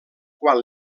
quan